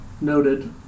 Noted